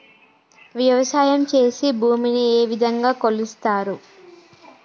వ్యవసాయం చేసి భూమిని ఏ విధంగా కొలుస్తారు?